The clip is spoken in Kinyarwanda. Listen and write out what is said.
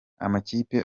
amakipe